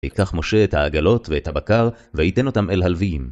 וייקח משה את העגלות ואת הבקר, וייתן אותם אל הלווים.